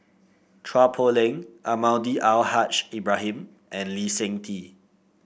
Chua Poh Leng Almahdi Al Haj Ibrahim and Lee Seng Tee